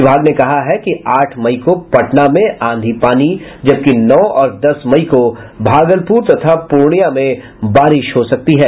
विभाग ने कहा है कि आठ मई को पटना में आंधी पानी जबकि नौ और दस मई को भागलपुर तथा पूर्णियां में बारिश हो सकती है